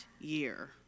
year